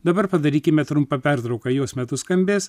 dabar padarykime trumpą pertrauką jos metu skambės